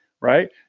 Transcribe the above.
right